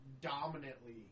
dominantly